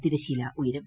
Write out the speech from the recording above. തിരശ്ശീല ഉയരും